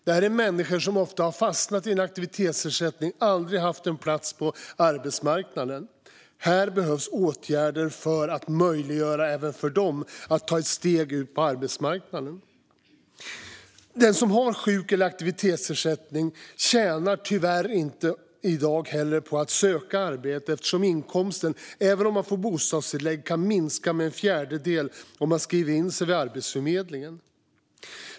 Detta är människor som ofta har fastnat i en aktivitetsersättning och aldrig haft en plats på arbetsmarknaden. Här behövs åtgärder för att möjliggöra även för dem att ta ett steg ut på arbetsmarknaden. Den som har sjuk eller aktivitetsersättning tjänar i dag tyvärr inte på att söka arbete eftersom inkomsten, även om man får bostadstillägg, kan minska med en fjärdedel om man skriver in sig vid Arbetsförmedlingen.